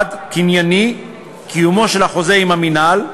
1. קנייני, קיומו של החוזה עם המינהל,